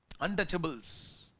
untouchables